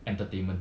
entertainment